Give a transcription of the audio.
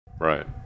Right